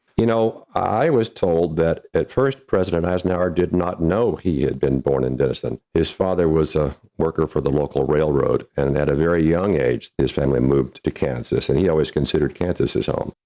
you know, i was told that, at first, president eisenhower did not know he had been born in denison. his father was a worker for the local railroad. and and at a very young age, his family moved to kansas and he always considered kansas as home.